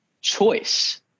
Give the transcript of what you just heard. choice